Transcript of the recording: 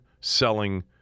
selling